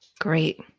Great